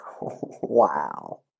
Wow